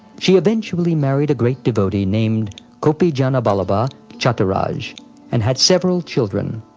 she eventually married a great devotee named gopijanaballabha chattaraj and had several children.